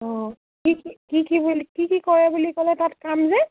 অঁ কি কি কি কি কি কি কৰে বুলি ক'লে তাত কাম যে